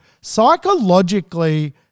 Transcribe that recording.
Psychologically